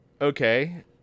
Okay